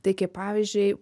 tai kaip pavyzdžiui